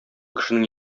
кешенең